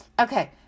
Okay